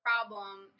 problem